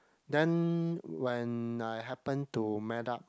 then when I happen to met up